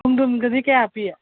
ꯈꯣꯡꯗ꯭ꯔꯨꯝꯒꯗꯤ ꯀꯌꯥ ꯄꯤ